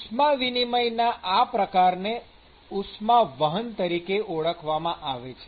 ઉષ્મા વિનિમયના આ પ્રકારને ઉષ્માવહન તરીકે ઓળખવામાં આવે છે